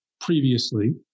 previously